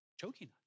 choking